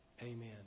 Amen